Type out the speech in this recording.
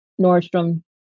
Nordstrom